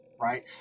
right